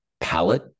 palette